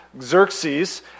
Xerxes